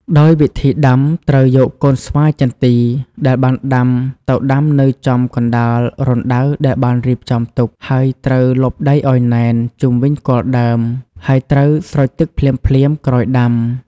ដោយវិធីដាំត្រូវយកកូនស្វាយចន្ទីដែលបានដាំទៅដាំនៅចំកណ្តាលរណ្តៅដែលបានរៀបចំទុក ហើយត្រូវលប់ដីឱ្យណែន ជុំវិញគល់ដើម ហើយត្រូវ ស្រោចទឹក ភ្លាមៗក្រោយដាំ។